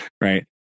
Right